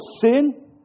sin